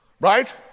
Right